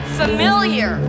familiar